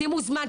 שימו זמנים,